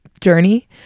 journey